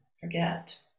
forget